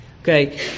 okay